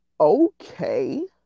Okay